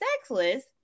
sexless